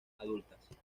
adultas